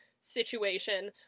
situation